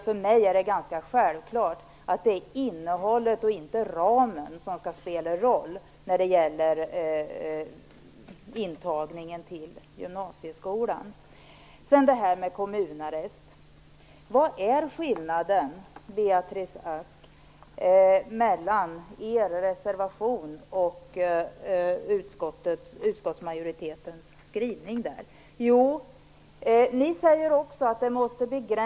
För mig är det ganska självklart att det är innehållet och inte ramen som skall spela roll för intagning till gymnasieskolan. Beatrice Ask! Vad är skillnaden mellan er reservation och utskottsmajoritetens skrivning när det gäller detta med kommunarrest?